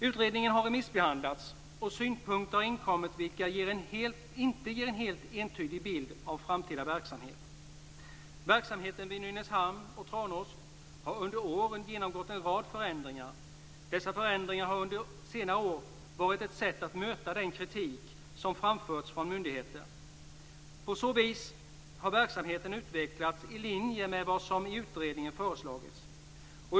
Utredningen har remissbehandlats. Synpunkter har inkommit, vilka inte ger en helt entydig bild av framtida verksamhet. Verksamheten i Nynäshamn och Tranås har under åren genomgått en rad förändringar. Dessa förändringar har under senare år varit ett sätt att möta den kritik som framförts från myndigheter. På så vis har verksamheten utvecklats i linje med vad som föreslagits i utredningen.